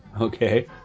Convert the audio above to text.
Okay